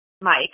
Mike